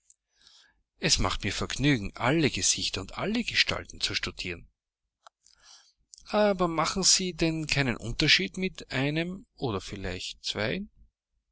es macht mir vergnügen alle gesichter und alle gestalten zu studieren aber machen sie denn keinen unterschied mit einem oder vielleicht zweien